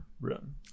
room